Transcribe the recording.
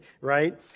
right